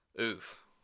oof